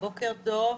בוקר טוב.